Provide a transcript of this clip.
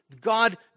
God